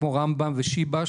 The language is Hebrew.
כמו רמב"ם ושיבא,